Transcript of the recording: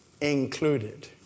included